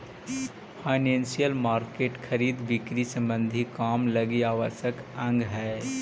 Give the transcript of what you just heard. financial market खरीद बिक्री संबंधी काम लगी आवश्यक अंग हई